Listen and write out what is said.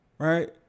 Right